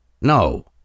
No